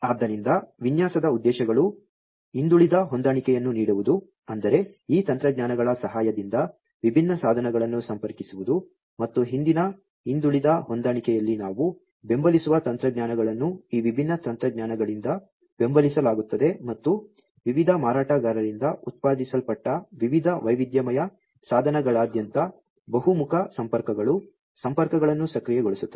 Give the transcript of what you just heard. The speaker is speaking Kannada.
ಆದ್ದರಿಂದ ವಿನ್ಯಾಸದ ಉದ್ದೇಶಗಳು ಹಿಂದುಳಿದ ಹೊಂದಾಣಿಕೆಯನ್ನು ನೀಡುವುದು ಅಂದರೆ ಈ ತಂತ್ರಜ್ಞಾನಗಳ ಸಹಾಯದಿಂದ ವಿಭಿನ್ನ ಸಾಧನಗಳನ್ನು ಸಂಪರ್ಕಿಸುವುದು ಮತ್ತು ಹಿಂದಿನ ಹಿಂದುಳಿದ ಹೊಂದಾಣಿಕೆಯಲ್ಲಿ ನಾವು ಬೆಂಬಲಿಸುವ ತಂತ್ರಜ್ಞಾನಗಳನ್ನು ಈ ವಿಭಿನ್ನ ತಂತ್ರಜ್ಞಾನಗಳಿಂದ ಬೆಂಬಲಿಸಲಾಗುತ್ತದೆ ಮತ್ತು ವಿವಿಧ ಮಾರಾಟಗಾರರಿಂದ ಉತ್ಪಾದಿಸಲ್ಪಟ್ಟ ವಿವಿಧ ವೈವಿಧ್ಯಮಯ ಸಾಧನಗಳಾದ್ಯಂತ ಬಹುಮುಖ ಸಂಪರ್ಕಗಳು ಸಂಪರ್ಕಗಳನ್ನು ಸಕ್ರಿಯಗೊಳಿಸುತ್ತದೆ